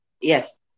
Yes